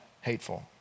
hateful